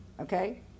okay